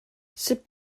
sut